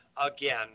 again